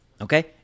okay